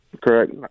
Correct